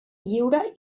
lliure